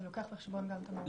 זה לוקח בחשבון גם את המעורבות?